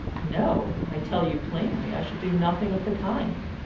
no i tell you plainly i should do nothing of the kind.